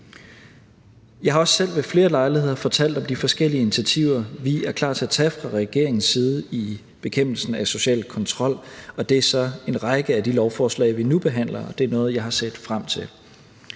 jeg har også selv ved flere lejligheder fortalt om de forskellige initiativer, vi er klar til at tage fra regeringens side i bekæmpelsen af social kontrol, og det er så en række af de lovforslag, som vi nu behandler, og det er noget, jeg har set frem til.